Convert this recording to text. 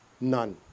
None